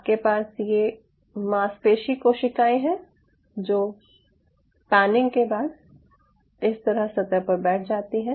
आपके पास ये मांसपेशी कोशिकाएं हैं जो पैनिंग के बाद इस तरह सतह पर बैठ जाती हैं